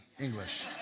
English